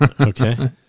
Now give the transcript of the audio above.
Okay